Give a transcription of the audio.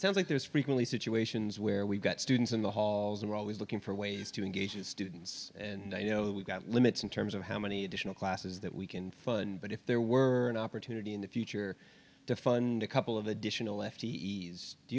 think there's frequently situations where we've got students in the halls and we're always looking for ways to engage students and i know we've got limits in terms of how many additional classes that we can fund but if there were an opportunity in the future to fund a couple of additional f t e s do